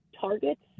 targets